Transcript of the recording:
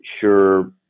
sure